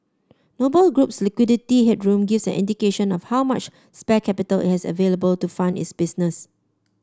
Noble Group's liquidity headroom gives an indication of how much spare capital has available to fund its business